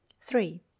three